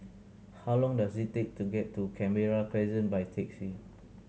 how long does it take to get to Canberra Crescent by taxi